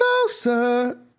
closer